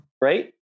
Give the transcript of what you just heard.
right